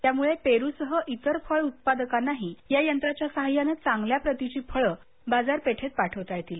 त्यामुळे पेरूसह इतर फळ उत्पादकांनाही या यंत्रांच्या सहाय्यानं चांगल्या प्रतीची फळ बाजारपेठेत पाठवता येतील